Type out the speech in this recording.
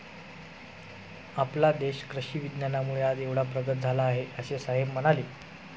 आपला देश कृषी विज्ञानामुळे आज एवढा प्रगत झाला आहे, असे साहेब म्हणाले